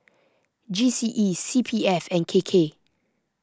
G C E C P F and K K